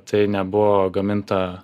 tai nebuvo gaminta